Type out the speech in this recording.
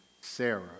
Sarah